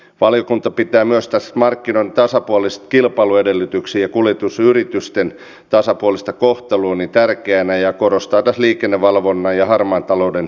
valiokunta pitää myös markkinoiden tasapuolisia kilpailuedellytyksiä ja kuljetusyritysten tasapuolista kohtelua tärkeänä ja korostaa tässä liikennevalvonnan roolia ja harmaan talouden torjuntaa